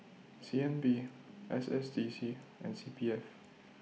C N B S S D C and C P F